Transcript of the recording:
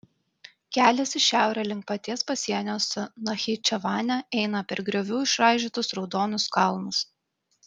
kelias į šiaurę link paties pasienio su nachičevane eina per griovų išraižytus raudonus kalnus